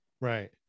Right